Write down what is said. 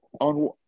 On